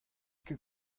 ket